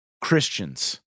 Christians